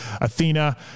Athena